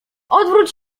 odwróć